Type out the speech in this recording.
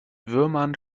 würmern